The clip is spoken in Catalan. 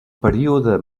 període